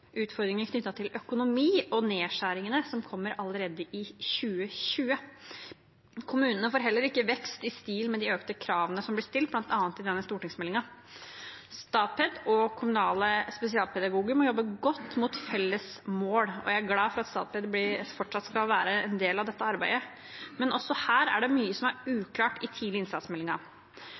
som står i stil med de økte kravene som blir stilt bl.a. i forbindelse med denne stortingsmeldingen. Statped og kommunale spesialpedagoger må jobbe godt mot felles mål, og jeg er glad for at Statped fortsatt skal være en del av dette arbeidet. Men også på dette området er det mye som er uklart i meldingen om tidlig